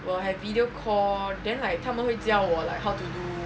we'll have video call then like 他们会教我 like how to do